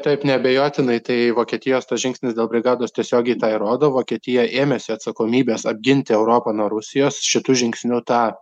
taip neabejotinai tai vokietijos tas žingsnis dėl brigados tiesiogiai tą įrodo vokietija ėmėsi atsakomybės apginti europą nuo rusijos šitu žingsniu tą